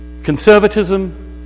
conservatism